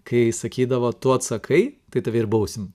kai sakydavo tu atsakai tai tave ir bausim